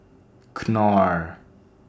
Knorr